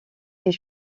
est